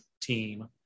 team